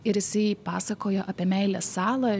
ir jisai pasakojo apie meilės salą